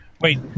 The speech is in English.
Wait